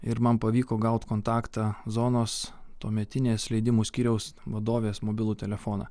ir man pavyko gaut kontaktą zonos tuometinės leidimų skyriaus vadovės mobilų telefoną